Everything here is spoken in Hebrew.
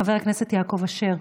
חבר הכנסת יעקב אשר,